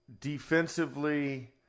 defensively